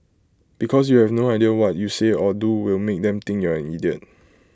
because you have no idea what you say or do will make them think you're an idiot